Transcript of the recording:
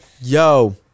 yo